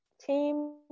team